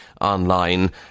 online